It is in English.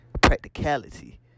practicality